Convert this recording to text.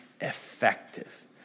effective